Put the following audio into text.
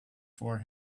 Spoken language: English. for